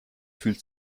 fühlt